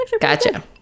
gotcha